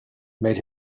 made